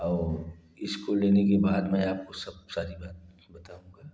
और इसको लेने के बाद मैं आपको सब सारी बात भी बताऊँगा